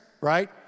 right